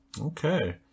Okay